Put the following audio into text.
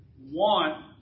want